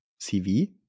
CV